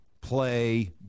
play